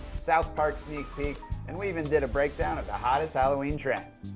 south park sneak peeks, and we even did a break down of the hottest halloween trends.